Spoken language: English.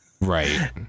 right